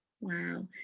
Wow